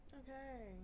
okay